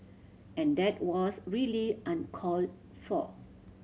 and that was really uncalled for